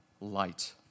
light